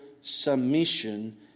submission